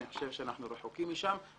אני חושב שאנחנו רחוקים משם,